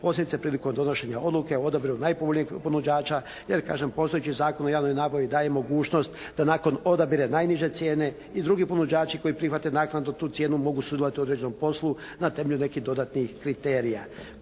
Posljedice prilikom donošenja odluke o odabiru najpovoljnijeg ponuđača, jer kažem postojeći Zakon o javnoj nabavi daje mogućnost da nakon odabira najniže cijene i drugi ponuđači koji prihvate naknadno tu cijenu mogu sudjelovati u određenom poslu na temelju nekih dodatnih kriterija.